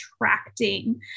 attracting